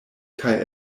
kaj